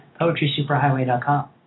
poetrysuperhighway.com